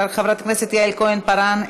חברת הכנסת יעל כהן-פארן,